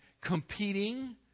competing